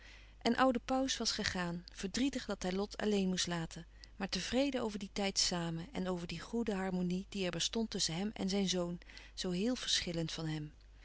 en oude pauws was gegaan verdrietig dat hij lot alleen moest laten maar tevreden over dien tijd samen en over die goede harmonie die er bestond tusschen hem en zijn zoon zoo heel verschillend van hem